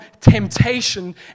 temptation